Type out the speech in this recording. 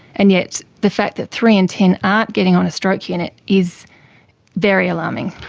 and yet the fact that three and ten aren't getting on a stroke unit is very alarming.